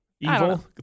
Evil